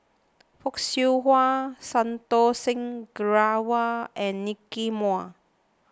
Fock Siew Wah Santokh Singh Grewal and Nicky Moey